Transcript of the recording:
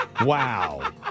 Wow